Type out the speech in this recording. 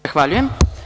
Zahvaljujem.